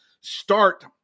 start